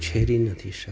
ઉછેરી નથી શકતા